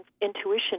intuition